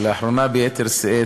ולאחרונה ביתר שאת,